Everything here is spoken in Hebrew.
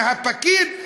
מהפקיד,